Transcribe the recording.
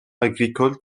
agricoles